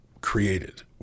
created